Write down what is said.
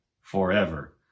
forever